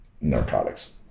narcotics